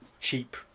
cheap